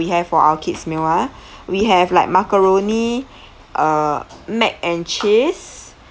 we have for our kids meal ah we have like macaroni uh mac and cheese